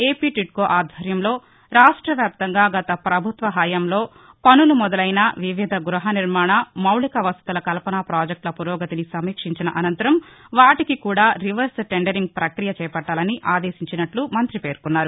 AP TIDCO ఆధ్వర్యంలో రాష్టవ్యాప్తంగా గత ప్రభుత్వ హయాంలో పనులు మొదలైన వివిధ గృహ నిర్మాణ మౌలిక వసతుల కల్పన ప్రాజెక్టుల పురోగతిని సమీక్షించిన అనంతరం వాటికి కూడా రివర్స్ టెండరింగ్ ప్రక్రియ చేపట్లాలని ఆదేశించినట్ల మంత్రి పేర్కొన్నారు